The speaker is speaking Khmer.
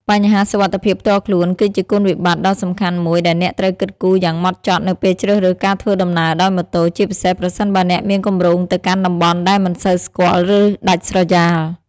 បញ្ហាសុវត្ថិភាពផ្ទាល់ខ្លួន គឺជាគុណវិបត្តិដ៏សំខាន់មួយដែលអ្នកត្រូវគិតគូរយ៉ាងម៉ត់ចត់នៅពេលជ្រើសរើសការធ្វើដំណើរដោយម៉ូតូ ជាពិសេសប្រសិនបើអ្នកមានគម្រោងទៅកាន់តំបន់ដែលមិនសូវស្គាល់ ឬដាច់ស្រយាល។